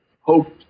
hoped